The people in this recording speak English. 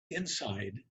inside